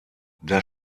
das